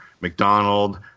McDonald